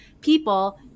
people